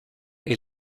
est